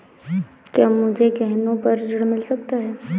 क्या मुझे गहनों पर ऋण मिल सकता है?